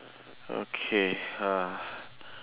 okay uh